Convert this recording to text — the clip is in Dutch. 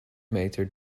meter